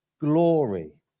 glory